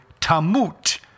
tamut